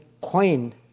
coined